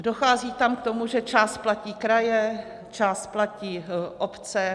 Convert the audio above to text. Dochází tam k tomu, že část platí kraje, část platí obce.